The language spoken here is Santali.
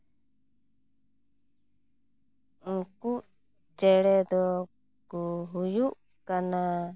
ᱩᱝᱠᱩ ᱪᱮᱬᱮ ᱫᱚ ᱠᱚ ᱦᱩᱭᱩᱜ ᱠᱟᱱᱟ